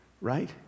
right